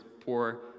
poor